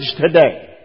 today